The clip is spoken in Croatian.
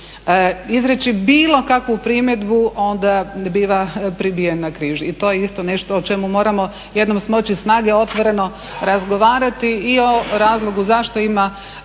izreći bilo kakvu primjedbu onda biva pribijen na križ i to je isto nešto o čemu moramo jednom smoći snage otvoreno razgovarati i o razlogu zašto ima